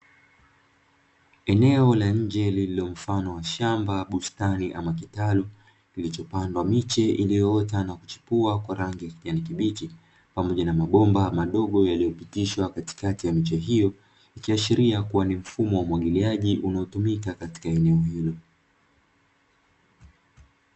Eneo la nje lililo mfano wa shamba, bustani ama kitalu kilichopandwa miche iliyoota na kuchipua kwa rangi ya kijani kibichi, pamoja na mabomba madogo yaliyopitishwa katikati ya nchi hiyo ikiashiria kuwa ni mfumo wa umwagiliaji unaotumika katika eneo hilo.